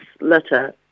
litter